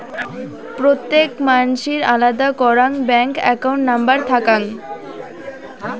প্রত্যেক মানসির আলাদা করাং ব্যাঙ্ক একাউন্ট নম্বর থাকাং